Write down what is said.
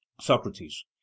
socrates